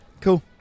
Cool